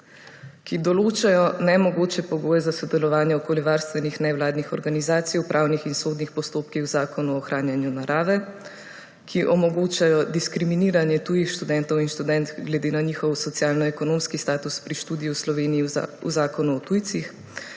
Ki določajo nemogoče pogoje za sodelovanje okoljevarstvenih nevladnih organizacij upravnih in sodnih postopkih v Zakonu o ohranjanju narave. Ki omogočajo diskriminiranje tujih študentov in študentk glede na njihov socialno ekonomski status pri študiju v Sloveniji v Zakonu o tujcih.